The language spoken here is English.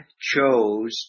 chose